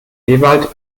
ewald